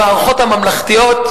במערכות הממלכתיות,